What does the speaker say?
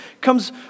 comes